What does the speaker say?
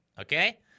okay